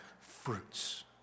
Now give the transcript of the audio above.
fruits